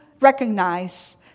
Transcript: recognize